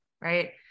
right